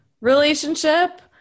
relationship